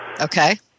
Okay